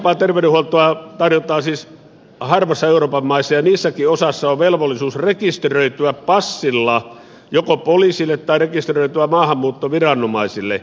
laajempaa terveydenhuoltoa tarjotaan siis harvassa euroopan maassa ja niissäkin osassa on velvollisuus rekisteröityä passilla joko poliisille tai maahanmuuttoviranomaisille